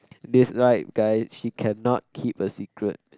that's right guys she cannot keep a secret